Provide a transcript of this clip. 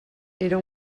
era